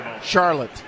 charlotte